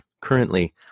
Currently